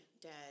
dead